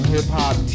Hip-Hop